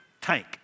tank